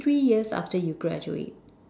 three years after you graduate